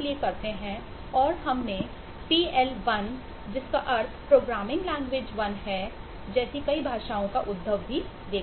लिए करते हैं और हमने pl 1 pl जिसका अर्थ प्रोग्रामिंग लैंग्वेज 1 है जैसी कई भाषाओं का उद्भव भी देखा